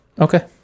Okay